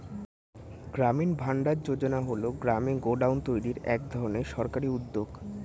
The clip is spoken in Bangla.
গ্রামীণ ভান্ডার যোজনা হল গ্রামে গোডাউন তৈরির এক ধরনের সরকারি উদ্যোগ